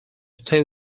still